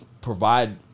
provide